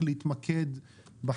לא.